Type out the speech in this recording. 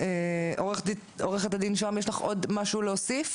עו"ד שהם, יש לך עוד משהו להוסיף?